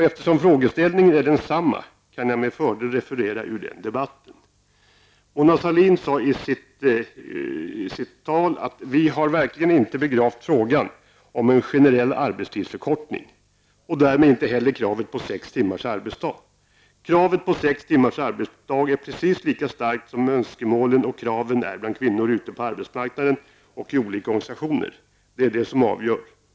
Eftersom frågeställningen är densamma nu kan jag med fördel referera ur den debatten. Mona Sahlin sade bl.a. följande i sitt anförande: Vi har verkligen inte begravt frågan om en generell arbetstidsförkortning och därmed inte heller kravet på sex timmars arbetsdag. Kravet på sex timmars arbetsdag är precis lika starkt som önskemålen och kraven är bland kvinnor ute på arbetsmarknaden och i olika organisationer. Det är det som avgör.